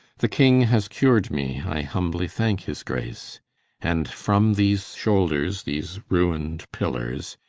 the king ha's cur'd me, i humbly thanke his grace and from these shoulders these ruin'd pillers,